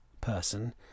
person